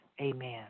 Amen